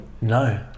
No